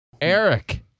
Eric